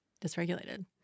dysregulated